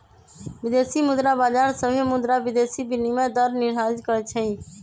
विदेशी मुद्रा बाजार सभे मुद्रा विदेशी विनिमय दर निर्धारित करई छई